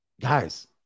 guys